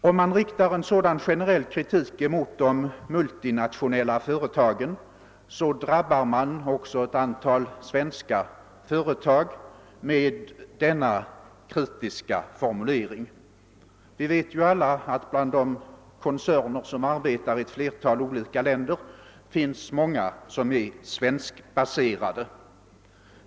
Om man riktar generell kritik mot de multinationella företagen drabbar de kritiska formuleringarna också ett antal svenska företag. Bland de koncerner som arbetar i ett flertal olika länder finns många som är svenskbaserade.